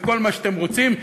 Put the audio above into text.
וכל מה שאתם רוצים,